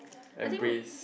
I think